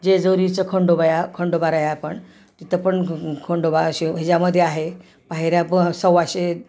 जेजुरीचं खंडोबाया खंडोबाराया पण तिथं पण खंडोबा असे ह्याच्यामध्ये आहे पायऱ्या ब सव्वाशे